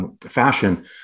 fashion